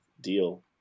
deal